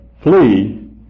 flee